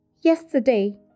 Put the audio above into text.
Yesterday